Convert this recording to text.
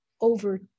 over